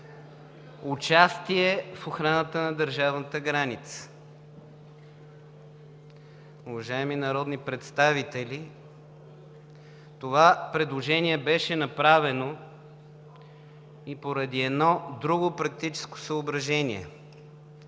участие в охраната на държавната граница. Уважаеми народни представители, това предложение беше направено и поради едно друго практическо съображение